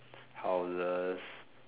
houses